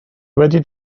wedi